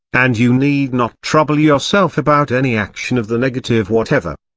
and you need not trouble yourself about any action of the negative whatever.